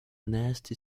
nasty